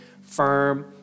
firm